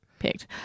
Picked